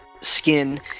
skin